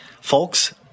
Folks